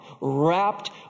wrapped